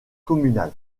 communal